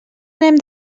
anem